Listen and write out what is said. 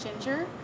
ginger